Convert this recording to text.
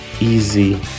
easy